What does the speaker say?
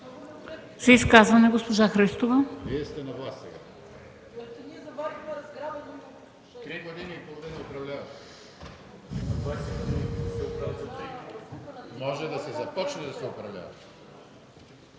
За изказване – госпожа Христова.